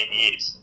years